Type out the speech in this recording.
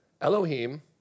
Elohim